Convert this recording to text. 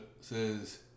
says